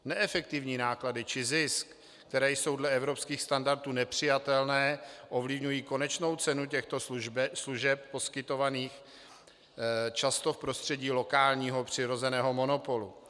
Neefektivní náklady či zisk, které jsou dle evropských standardů nepřijatelné, ovlivňují konečnou cenu těchto služeb poskytovaných často v prostředí lokálního přirozeného monopolu.